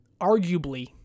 arguably